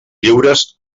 lliures